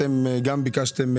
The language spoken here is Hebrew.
אתם גם ביקשתם,